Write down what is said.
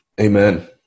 amen